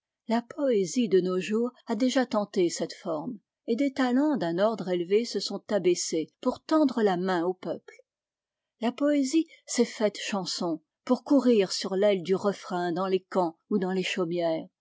la poésie de nos jours a déjà tenté cette forme des talens d'un ordre élevé se sont abaissés pour tendre la main au peuple la poésie s'est faite chanson pour courir sur l'aile du refrain dans les camps ou dans les chaumières